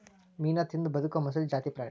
ಮೇನಾ ತಿಂದ ಬದಕು ಮೊಸಳಿ ಜಾತಿ ಪ್ರಾಣಿ